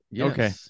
Okay